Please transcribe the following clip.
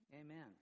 Amen